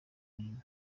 nina